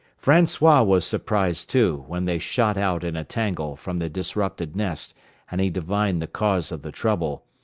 francois was surprised, too, when they shot out in a tangle from the disrupted nest and he divined the cause of the trouble.